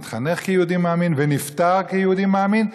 התחנך כיהודי מאמין ונפטר כיהודי מאמין,